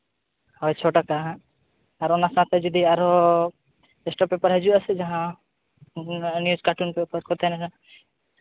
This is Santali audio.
ᱦᱳᱭ ᱪᱷᱚ ᱴᱟᱠᱟ ᱦᱟᱸᱜ ᱟᱨ ᱚᱱᱟ ᱥᱟᱶᱛᱮ ᱡᱩᱫᱤ ᱟᱨᱦᱚᱸ ᱮᱠᱥᱴᱨᱟ ᱯᱮᱯᱟᱨ ᱦᱤᱡᱩᱜ ᱟᱥᱮ ᱡᱟᱦᱟᱸ ᱱᱤᱭᱩᱥ ᱠᱟᱴᱩᱱ ᱯᱮᱯᱟᱨ ᱠᱚ ᱛᱟᱦᱮᱱᱟ